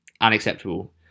unacceptable